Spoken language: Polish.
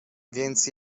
więc